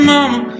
Mama